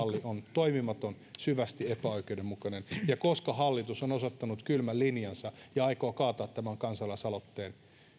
aktiivimalli on toimimaton syvästi epäoikeudenmukainen ja koska hallitus on osoittanut kylmän linjansa ja aikoo kaataa tämän kansalaisaloitteen